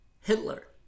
Hitler